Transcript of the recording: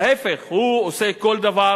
להיפך, הוא עושה כל דבר